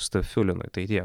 stafiulinui tai tiek